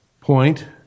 point